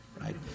right